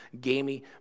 gamey